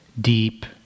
deep